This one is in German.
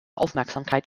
aufmerksamkeit